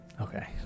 Okay